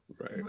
right